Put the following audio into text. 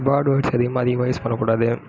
bad words அதிகமாக அதிகமாக use பண்ண கூடாது